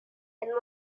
and